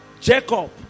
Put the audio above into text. jacob